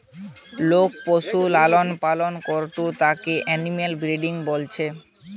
লোক পশুর লালন পালন করাঢু তাকে এনিম্যাল ব্রিডিং বলতিছে